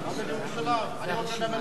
אני רוצה לדבר שש דקות, למה שלוש?